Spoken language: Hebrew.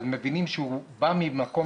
אז מבינים שהוא בא ממקום של כאב.